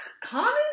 common